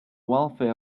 welfare